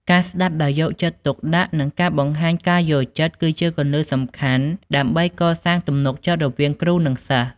ការស្ដាប់ដោយយកចិត្តទុកដាក់និងការបង្ហាញការយល់ចិត្តគឺជាគន្លឹះសំខាន់ដើម្បីកសាងទំនុកចិត្តរវាងគ្រូនិងសិស្ស។